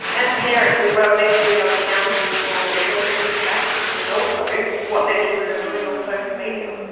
and parents as well need to be held accountable for their children's actions, and also what their children are doing on social media.